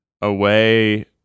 away